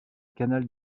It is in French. canal